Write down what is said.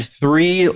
three